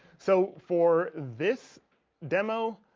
so for this demo,